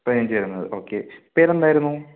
പതിനഞ്ച് ആ വരുന്നത് ഓക്കെ പേരെന്തായിരുന്നു